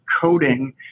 coding